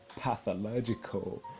pathological